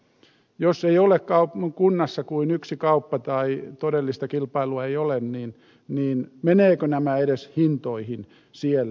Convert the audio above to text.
jos ei ole kunnassa kuin yksi kauppa tai todellista kilpailua ei ole niin menevätkö nämä edes hintoihin siellä